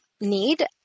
need